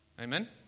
Amen